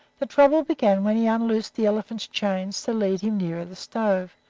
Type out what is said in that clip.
the trouble began when he unloosed the elephant's chains to lead him nearer the stove,